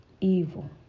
evil